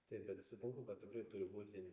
taip bet sutinku kad turi turi būti